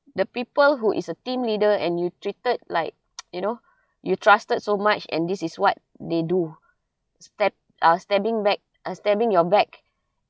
the people who is a team leader and you treated like you know you trusted so much and this is what they do stab uh stabbing back uh stabbing your back